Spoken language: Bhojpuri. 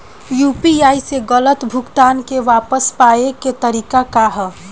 यू.पी.आई से गलत भुगतान के वापस पाये के तरीका का ह?